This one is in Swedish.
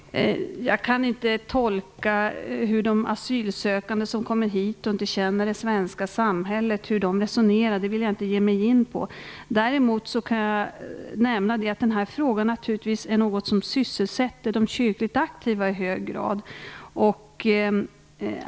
Fru talman! Jag kan inte tolka hur asylsökande, som kommer hit och som inte känner det svenska samhället, resonerar. Det vill jag inte ge mig in på. Däremot kan jag nämna att denna fråga naturligtvis är en fråga som sysselsätter de kyrkligt aktiva i hög grad.